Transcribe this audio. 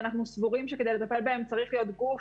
ואנחנו סבורים שכדי לטפל בהם צריך להיות גוף